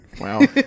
Wow